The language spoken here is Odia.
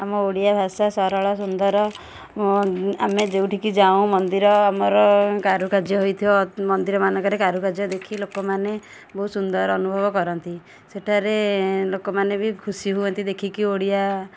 ଆମ ଓଡ଼ିଆ ଭାଷା ସରଳ ସୁନ୍ଦର ଓ ଆମେ ଯେଉଁଠି କି ଯେଉଁ ମନ୍ଦିର ଆମର କାରୁକାର୍ଯ୍ୟ ହେଇଥିବ ମନ୍ଦିର ମାନଙ୍କରେ କାରୁକାର୍ଯ୍ୟ ଦେଖି ଲୋକମାନେ ବହୁତ ସୁନ୍ଦର ଅନୁଭବ କରନ୍ତି ସେଠାରେ ଲୋକମାନେ ବି ଖୁସି ହୁଅନ୍ତି ଦେଖିକି ଓଡ଼ିଆ